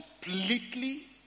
completely